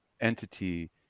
entity